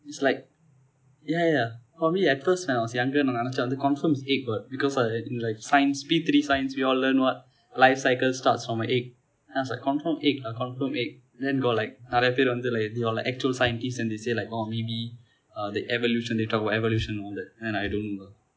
is like ya ya for me at first when I was younger நான் நினைத்தேன் வந்து:naan ninaithen vanthu confirm is egg what because in in like science P three science we all learn what life cycle starts from a egg then I was like confirm egg lah confirm egg then got like நிரைய பேர் வந்து:niraiya per vanthu like they were like actual scientists and they say like oh maybe uh the evolution they talk about evolution and all that then I don't know lah